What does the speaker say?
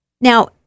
Now